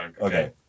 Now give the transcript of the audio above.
Okay